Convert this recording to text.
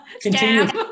continue